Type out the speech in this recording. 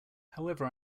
however